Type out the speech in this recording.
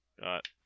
got